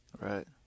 Right